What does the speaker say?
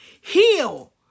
Heal